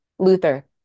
Luther